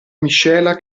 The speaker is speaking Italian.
miscela